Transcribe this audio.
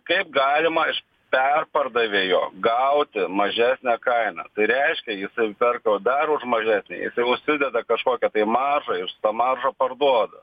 kaip galima iš perpardavėjo gauti mažesnę kainą tai reiškia jis perka dar už mažesnę jisai užsideda kažkokią tai maržą ir tą maržą parduoda